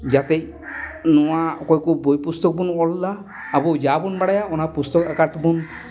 ᱡᱟᱛᱮ ᱱᱚᱣᱟ ᱚᱠᱚᱭ ᱠᱚ ᱵᱳᱭ ᱯᱩᱥᱛᱚᱠ ᱵᱚᱱ ᱚᱞᱮᱫᱟ ᱟᱵᱚ ᱡᱟᱵᱚᱱ ᱵᱟᱲᱟᱭᱟ ᱚᱱᱟ ᱯᱩᱥᱛᱚᱠ ᱟᱠᱟᱨ ᱛᱮᱵᱚᱱ